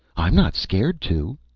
i'm not scared to!